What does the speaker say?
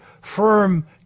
firm